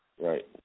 Right